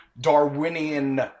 Darwinian